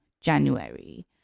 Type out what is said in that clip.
january